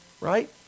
right